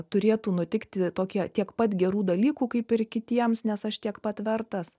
turėtų nutikti tokie tiek pat gerų dalykų kaip ir kitiems nes aš tiek pat vertas